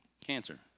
Cancer